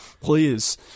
please